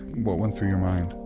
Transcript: what went through your mind?